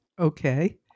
Okay